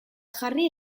jarri